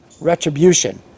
retribution